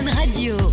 Radio